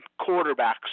quarterbacks